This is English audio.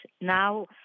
now